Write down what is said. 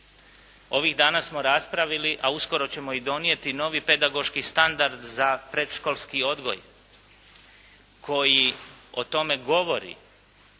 Ovih dana smo raspravili, a uskoro ćemo i donijeti novi pedagoški standard za predškolski odgoj koji o tome govori,